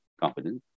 confidence